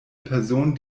person